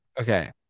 Okay